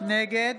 נגד